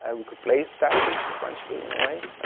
and we could play test them sequentially, in a way,